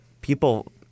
people